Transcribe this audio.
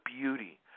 beauty